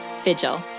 Vigil